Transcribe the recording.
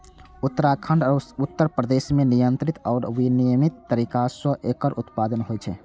उत्तराखंड आ उत्तर प्रदेश मे नियंत्रित आ विनियमित तरीका सं एकर उत्पादन होइ छै